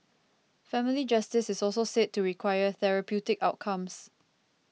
family justice is also said to require therapeutic outcomes